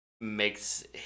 makes